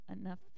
enough